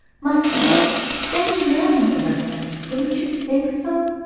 must be about ten millions of them, don't you think so?